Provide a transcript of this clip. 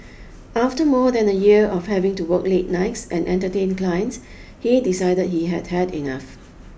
after more than a year of having to work late nights and entertain clients he decided he had had enough